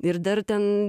ir dar ten